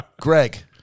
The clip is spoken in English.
Greg